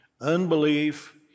unbelief